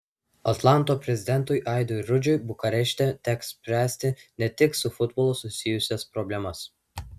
atlanto prezidentui aidui rudžiui bukarešte teks spręsti ne tik su futbolu susijusias problemas